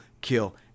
kill